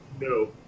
No